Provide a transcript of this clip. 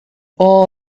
all